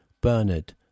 Bernard